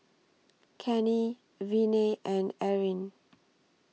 Cannie Viney and Eryn